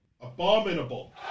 Abominable